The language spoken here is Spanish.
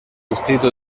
distrito